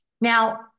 Now